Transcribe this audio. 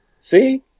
see